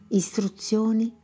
istruzioni